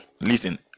Listen